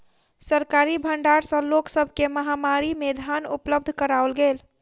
सरकारी भण्डार सॅ लोक सब के महामारी में धान उपलब्ध कराओल गेल